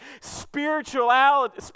spirituality